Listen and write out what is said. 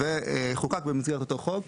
וחוקק במסגרת אותו חוק.